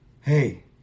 hey